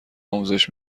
آموزش